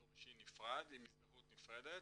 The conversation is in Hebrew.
אזור אישי נפרד עם הזדהות נפרדת.